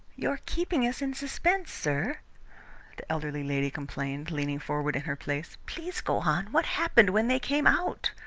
you are keeping us in suspense, sir, the elderly lady complained, leaning forward in her place. please go on. what happened when they came out?